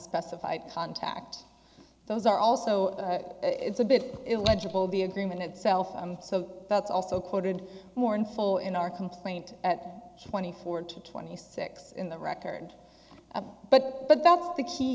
specified contact those are also it's a bit illegible the agreement itself so that's also coated mournful in our complaint at twenty four to twenty six in the record but but that's the key